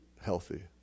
healthy